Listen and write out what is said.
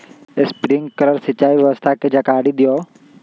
Sprinkler सिंचाई व्यवस्था के जाकारी दिऔ?